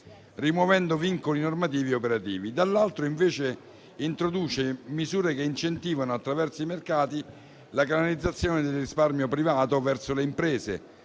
rimuovendo vincoli normativi e operativi; dall'altro, invece, introduce misure che incentivano attraverso i mercati la canalizzazione del risparmio privato verso le imprese,